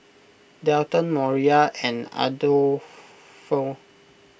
Dalton Moriah and Adolfo